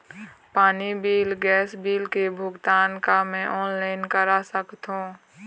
पानी bill gas bill के भुगतान का मैं ऑनलाइन करा सकथों?